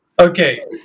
Okay